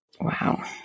Wow